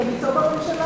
אתם אתו בממשלה.